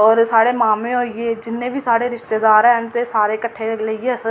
होर साढ़े मामें होई गे जिन्ने बी साढ़े रिश्तेदार हैन ते सारे किट्ठे लेइयै अस